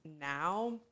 now